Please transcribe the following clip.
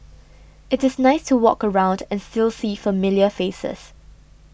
it is nice to walk around and still see familiar faces